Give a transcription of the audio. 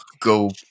go